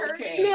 Okay